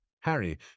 Harry